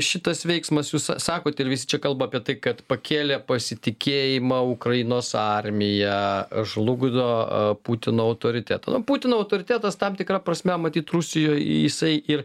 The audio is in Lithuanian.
šitas veiksmas jūs sa sakote ir visi čia kalba apie tai kad pakėlė pasitikėjimą ukrainos armija žlugdo putino autoritetą nu putino autoritetas tam tikra prasme matyt rusijoje jisai ir